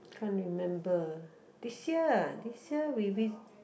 can't remember this year ah this year we vi~